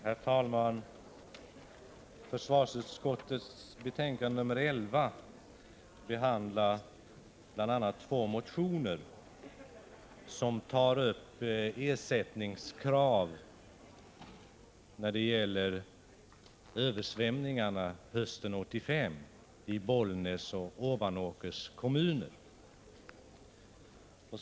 Herr talman! Försvarsutskottets betänkande nr 11 behandlar bl.a. två prlskred motioner som tar upp ersättningskrav på grund av översvämningarna i m.m. mot jordskre Bollnäs och Ovanåkers kommuner hösten 1985.